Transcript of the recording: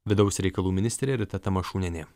vidaus reikalų ministrė rita tamašunienė